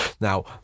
Now